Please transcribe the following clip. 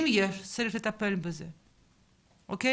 ואם יש צריך לטפל בזה, אוקיי?